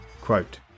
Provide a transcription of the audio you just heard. Quote